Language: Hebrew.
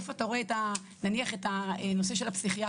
איפה אתה רואה נניח את הנושא של הפסיכיאטריה?